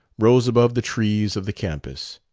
rose above the trees of the campus.